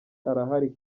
arahari